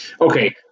Okay